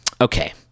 Okay